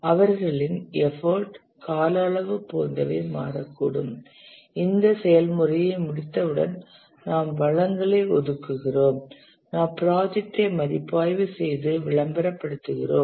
அவர்களின் எஃபர்ட் கால அளவு போன்றவை மாறக்கூடும் இந்த செயல்முறையை முடித்தவுடன் நாம் வளங்களை ஒதுக்குகிறோம் நாம் ப்ராஜெக்டை மதிப்பாய்வு செய்து விளம்பரப்படுத்துகிறோம்